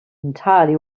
entirely